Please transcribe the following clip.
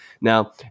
Now